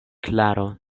klaro